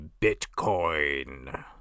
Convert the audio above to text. Bitcoin